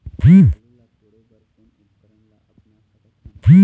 आलू ला कोड़े बर कोन उपकरण ला अपना सकथन?